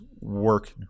work